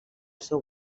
seu